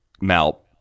Mal